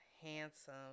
handsome